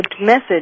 message